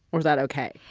was that ok?